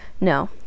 No